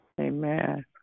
Amen